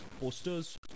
posters